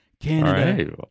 canada